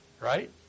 right